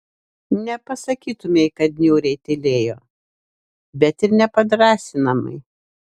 nepasakytumei kad niūriai tylėjo bet ir ne padrąsinamai